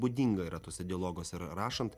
būdinga yra tuose dialoguose ir rašant